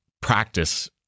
practice